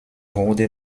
wurde